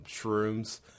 shrooms